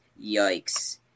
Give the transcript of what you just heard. Yikes